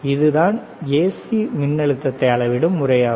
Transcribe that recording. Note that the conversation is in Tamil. இதுதான் ஏசி மின்னழுத்தத்தை அளவிடும் முறையாகும்